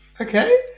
Okay